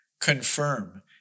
confirm